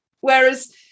Whereas